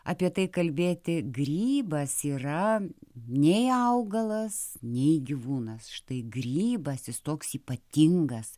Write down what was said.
apie tai kalbėti grybas yra nei augalas nei gyvūnas štai grybas jis toks ypatingas